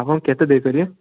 ଆପଣ କେତେ ଦେଇପାରିବେ